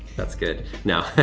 that's good, no,